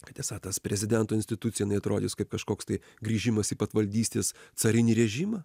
kad esą tas prezidento institucija jinai atrodys kaip kažkoks tai grįžimas į patvaldystės carinį režimą